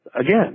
Again